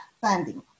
funding